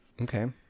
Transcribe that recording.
Okay